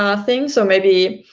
i think so maybe